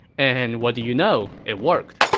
and what do you know? it worked.